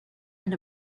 and